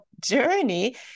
journey